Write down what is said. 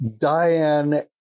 Diane